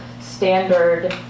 standard